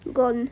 gone